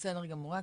בסדר גמור.